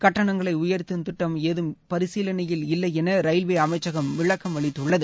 கட்டணங்களை உயர்த்தும் திட்டம் ஏதும் பரிசீலனையில் இல்லை என ரயில்வே அமைச்சகம் விளக்கம் அளித்துள்ளது